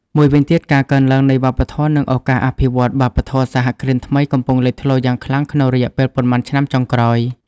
មួយវិញទៀតការកើនឡើងនៃវប្បធម៌ និងឱកាសអភិវឌ្ឍ វប្បធម៌សហគ្រិនថ្មីកំពុងលេចធ្លោយ៉ាងខ្លាំងក្នុងរយៈពេលប៉ុន្មានឆ្នាំចុងក្រោយ។